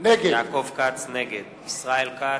ישראל כץ,